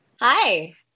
Hi